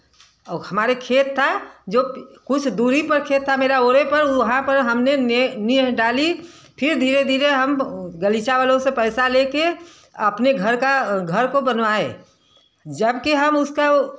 और खेत था जो कुछ दूरी पर खेत था मेरा ओड़े पर वहाँ पर हमने ने नींव डाली फिर धीरे धीरे हम वह गलीचा वालों से पैसा लेकर आपने घर का घर को बनवाएँ जबकि हम उसका